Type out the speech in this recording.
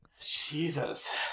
Jesus